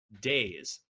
days